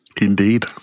Indeed